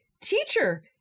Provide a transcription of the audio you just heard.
Teacher